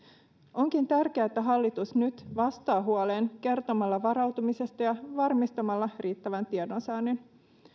onkin tärkeää että hallitus nyt vastaa huoleen kertomalla varautumisesta ja varmistamalla riittävän tiedonsaannin